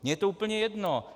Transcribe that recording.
Mně je to úplně jedno.